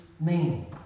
meaning